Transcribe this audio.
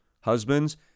Husbands